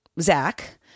Zach